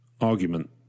argument